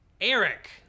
Eric